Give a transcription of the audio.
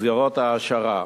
מסגרות העשרה.